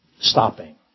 Stopping